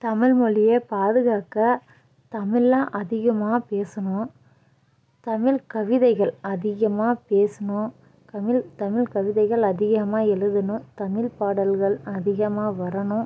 தமிழ்மொழியை பாதுகாக்க தமிழ்லாம் அதிகமாக பேசணும் தமிழ் கவிதைகள் அதிகமாக பேசணும் தமிழ் தமிழ் கவிதைகள் அதிகமாக எழுதணும் தமிழ் பாடல்கள் அதிகமாக வரணும்